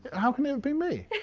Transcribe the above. how can it have been me?